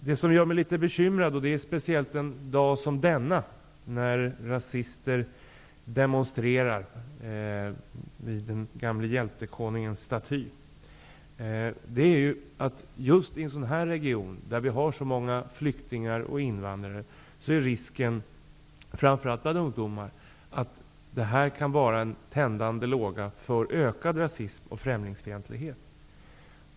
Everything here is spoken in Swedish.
Det som gör mig litet bekymrad, speciellt en dag som denna när rasister demonstrerar vid den gamle hjältekonungens staty, är att det just i en sådan här region där det finns så många flyktingar och invandrare finns risk, framför allt bland ungdomar, för att arbetslösheten kan vara en tändande låga för ökad rasism och främlingsfientlighet.